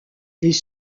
les